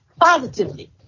positively